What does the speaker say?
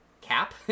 cap